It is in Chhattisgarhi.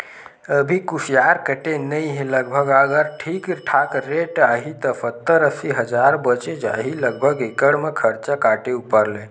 अभी कुसियार कटे नइ हे लगभग अगर ठीक ठाक रेट आही त सत्तर अस्सी हजार बचें जाही लगभग एकड़ म खरचा काटे ऊपर ले